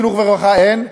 חינוך ורווחה אין,